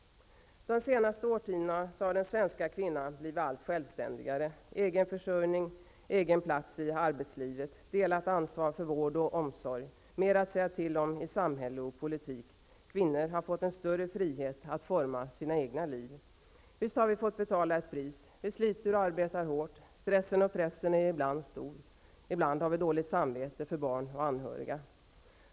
De senaste årtiondena har den svenska kvinnan blivit allt självständigare -- egen försörjning, egen plats i arbetslivet, delat ansvar för vård och omsorg, mer att säga till om i samhälle och politik. Kvinnor har fått större frihet att forma sina egna liv. Visst har vi fått betala ett pris för detta. Vi sliter och arbetar hårt. Stressen och pressen är ibland stor. Ibland har vi dåligt samvete för barn och anhöriga.